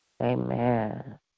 Amen